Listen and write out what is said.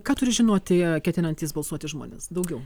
ką turi žinoti ketinantys balsuoti žmonės daugiau